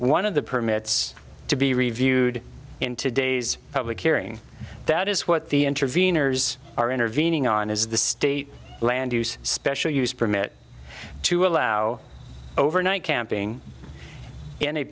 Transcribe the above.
one of the permits to be reviewed in today's public hearing that is what the intervenors are intervening on is the state land use special use permit to allow overnight camping